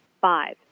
Five